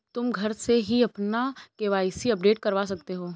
तुम घर से ही अपना के.वाई.सी अपडेट करवा सकते हो